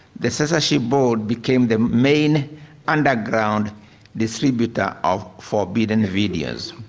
the censorship board became the main underground distributor of forbidden videos.